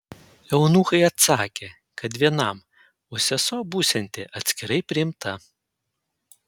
eunuchai atsakė kad vienam o sesuo būsianti atskirai priimta